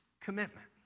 commitment